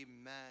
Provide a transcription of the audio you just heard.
Amen